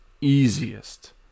easiest